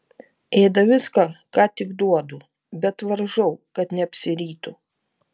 ėda viską ką tik duodu bet varžau kad neapsirytų